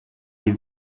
les